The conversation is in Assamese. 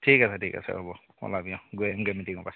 ঠিক আছে ঠিক আছে হ'ব ওলাবি অ গৈ আহিমগৈ মিটিঙৰপৰা